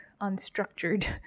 unstructured